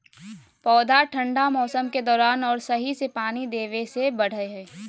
पौधा ठंढा मौसम के दौरान और सही से पानी देबे से बढ़य हइ